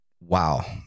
wow